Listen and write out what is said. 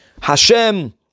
Hashem